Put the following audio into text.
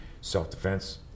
self-defense